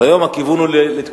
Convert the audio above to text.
אז היום הכיוון הוא לתקוף,